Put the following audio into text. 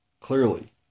clearly